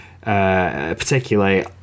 particularly